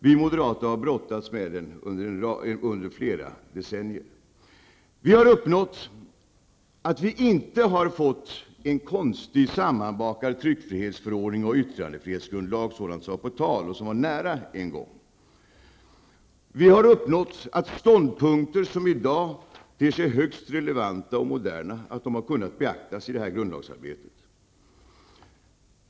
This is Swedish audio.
Vi moderater har brottats med det under flera decennier. Vi har har uppnått att vi inte har fått en konstig sammanbakad tryckfrihetsförordning och yttrandefrihetsgrundlag, som var på tal och var nära en gång. Vi har uppnått att ståndpunkter som i dag ter sig högst relevanta och moderna har kunnat beaktas i det här grundlagsarbetet.